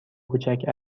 کوچک